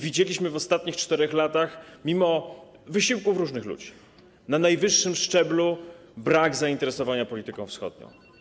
Widzieliśmy w ostatnich 4 latach, mimo wysiłków różnych ludzi, na najwyższym szczeblu brak zainteresowania polityką wschodnią.